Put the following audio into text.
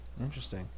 Interesting